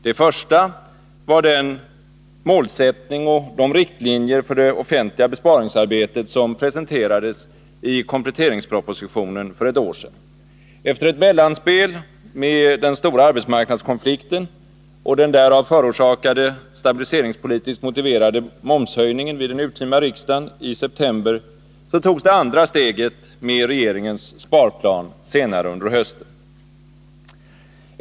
Det första var den målsättning och de riktlinjer för det offentliga besparingsarbetet som presenterades i kompletteringspropositionen för ett år sedan. Efter ett mellanspel med den stora arbetsmarknadskonflikten och den därav förorsakade, stabiliseringspolitiskt motiverade momshöjningen vid den urtima riksdagen i september togs det andra steget med regeringens sparplan senare under hösten.